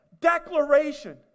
declaration